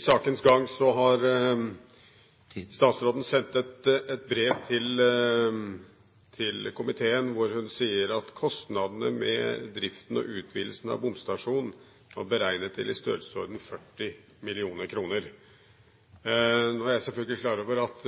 sakens gang har statsråden sendt et brev til komiteen hvor hun sier at kostnadene med driften og utvidelsen av bomstasjonen var beregnet til i størrelsesorden 40 mill. kr. Nå er jeg selvfølgelig klar over at